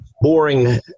boring